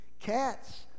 cats